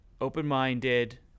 open-minded